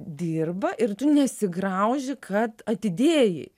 dirba ir tu nesigrauži kad atidėjai